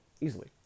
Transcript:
easily